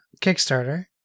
Kickstarter